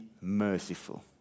merciful